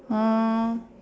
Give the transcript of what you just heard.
uh